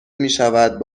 میشود